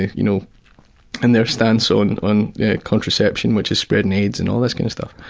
you know and their stance on on contraception which is spreading aids, and all this kinda stuff.